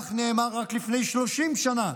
כך נאמר רק לפני 30 שנה,